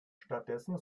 stattdessen